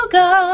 go